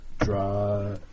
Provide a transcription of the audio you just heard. draw